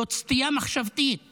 זאת סטייה מחשבתית ורגשית.